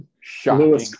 shocking